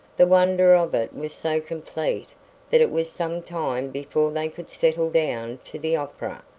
the wonder of it was so complete that it was some time before they could settle down to the opera,